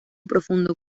profundo